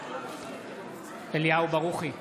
אליהו ברוכי,